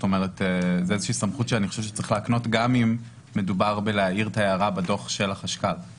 זו סמכות שצריך להקנות גם אם מדובר בלהעיר את ההערה בדוח החשכ"ל.